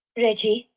reggie!